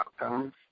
outcomes